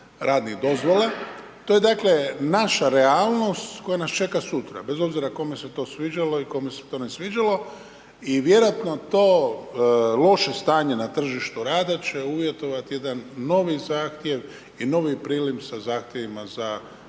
radnih dozvola. To je dakle, naša realnost, koja nas čeka sutra, bez obzira kome se to svađalo i kome se to ne sviđalo i vjerojatno to loše stanje na tržištu rada će uvjetovati jedan novi zahtjev i novi prilim sa zahtjevima za hrvatsko